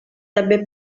també